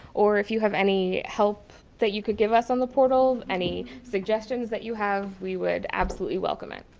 or if you have any help that you could give us on the portal any suggestions that you have, we would absolutely welcome it.